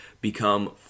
become